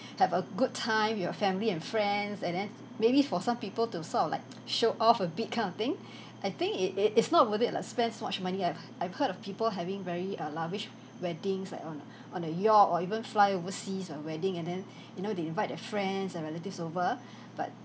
have a good time with your family and friends and then maybe for some people to sort of like show off a bit kind of thing I think it it it's not worth it lah spend much money I've I've heard of people having very err lavish weddings like on on a yacht or even fly overseas ah wedding and then you know they invite their friends and relatives over but